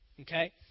Okay